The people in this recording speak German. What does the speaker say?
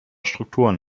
strukturen